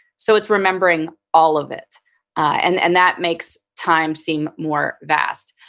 so it's remembering all of it and and that makes time seem more vast.